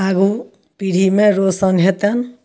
आगू पीढ़ीमे रोशन हेतैनि